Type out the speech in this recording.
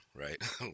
right